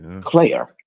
Claire